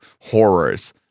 horrors